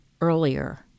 earlier